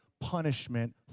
punishment